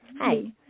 Hi